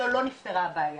לא נפתרה הבעיה,